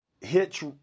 hitch